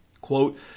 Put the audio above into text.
Quote